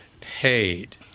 paid